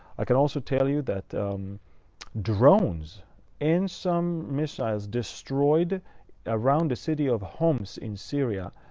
i can also tell you that drones and some missiles destroyed around the city of homs in syria,